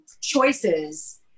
choices